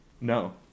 No